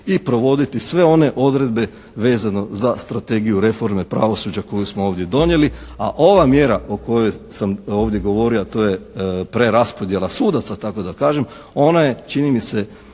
i provoditi sve one odredbe vezano za strategiju reforme pravosuđa koju smo ovdje donijeli a ova mjera o kojoj sam ovdje govorio a to je preraspodjela sudaca tako da kažem, ona je čini mi se